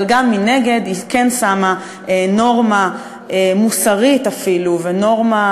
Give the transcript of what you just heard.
אבל מנגד היא כן שמה נורמה מוסרית אפילו ונורמה